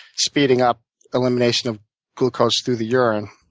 speeding up elimination of glucose through the urine,